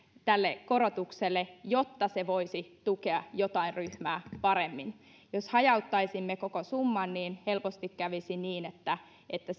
tälle korotukselle jotta se voisi tukea jotain ryhmää paremmin jos hajauttaisimme koko summan niin helposti kävisi niin että että